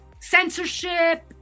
censorship